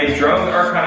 drones are